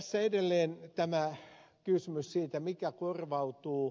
tässä edelleen tämä kysymys siitä mikä korvautuu